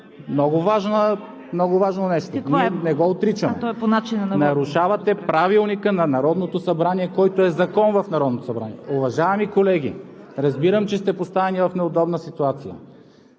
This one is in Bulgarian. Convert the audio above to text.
много важно нещо. Ние не го отричаме. (Реплики от ГЕРБ.) Нарушавате Правилника на Народното събрание, който е закон в Народното събрание. Уважаеми колеги, разбирам, че сте поставени в неудобна ситуация.